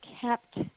kept